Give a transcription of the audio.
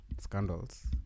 scandals